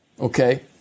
Okay